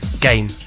game